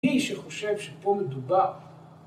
מי שחושב שפה מדובר